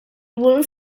wall